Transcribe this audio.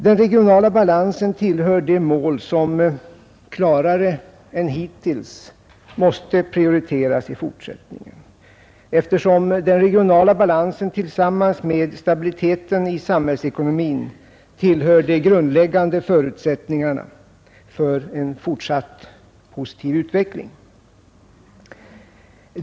Den regionala balansen tillhör de mål som klarare än hittills måste prioriteras i fortsättningen, eftersom den tillsammans med stabiliteten i samhällsekonomin tillhör de grundläggande förutsättningarna för en fortsatt positiv utveckling.